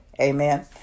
Amen